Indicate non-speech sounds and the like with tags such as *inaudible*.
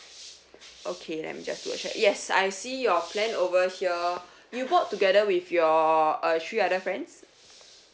okay let me just do a check yes I see your plan over here *breath* you bought together with your uh three other friends